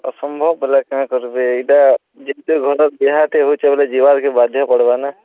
ଅସମ୍ଭବ୍ ବେଲେ କେଁ କର୍ବେ ଇଟା ଯେହେତୁ ଘରର୍ ବିହାଟେ ହଉଚେ ବଏଲେ ଯିବାକେ ବାଧ୍ୟ ପଡ଼୍ବାନା